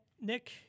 Nick